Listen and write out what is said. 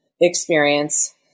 experience